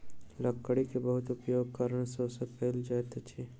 लकड़ी के बहुत उपयोगक कारणें शोषण कयल जाइत अछि